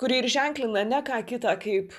kuri ir ženklina ne ką kitą kaip